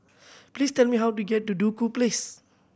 please tell me how to get to Duku Place